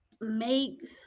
makes